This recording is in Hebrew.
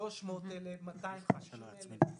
ל-300 אלף שקלים?